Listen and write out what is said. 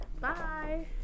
Bye